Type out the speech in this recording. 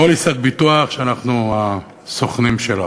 פוליסת ביטוח שאנחנו הסוכנים שלה,